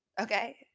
okay